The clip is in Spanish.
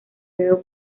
dedo